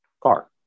car